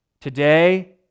Today